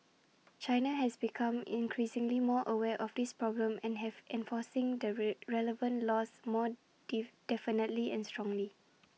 China has become increasingly more aware of this problem and have been enforcing the red relevant laws more dee definitely and strongly